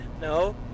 No